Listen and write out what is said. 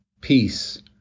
peace